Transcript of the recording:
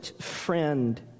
friend